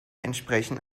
entsprechen